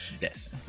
Yes